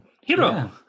Hero